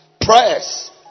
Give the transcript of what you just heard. prayers